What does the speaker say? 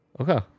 Okay